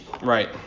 Right